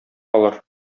алар